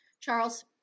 Charles